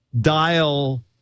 dial